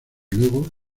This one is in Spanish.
luego